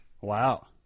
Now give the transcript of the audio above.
Wow